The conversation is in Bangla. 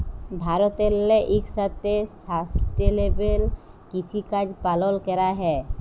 ভারতেল্লে ইকসাথে সাস্টেলেবেল কিসিকাজ পালল ক্যরা হ্যয়